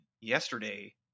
yesterday